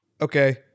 okay